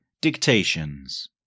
Dictations